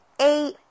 eight